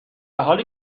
حالی